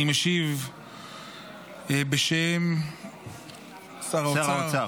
אני משיב בשם שר האוצר.